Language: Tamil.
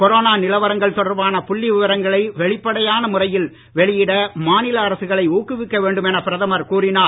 கொரோனா நிலவரங்கள் தொடர்பான புள்ளி விவரங்களை வெளிப்படையான முறையில் வெளியிட மாநில அரசுகளை ஊக்குவிக்க வேண்டும் என பிரதமர் கூறினார்